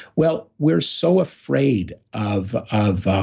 well, we're so afraid of of um